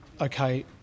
Okay